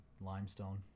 limestone